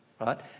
right